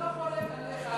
אני לא חולק עליך,